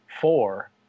four